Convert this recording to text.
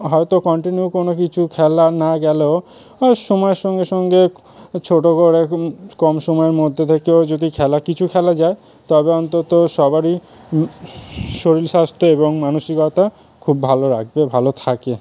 হয়তো কন্টিনিউ কোনো কিছু খেলা না গেলেও সময়ের সঙ্গে সঙ্গে ছোটো করে কম সময়ের মধ্যে থেকেও যদি খেলা কিছু খেলা যায় তবে অন্তত সবারই শরীর স্বাস্থ্য এবং মানসিকতা খুব ভালো রাখবে ভালো থাকে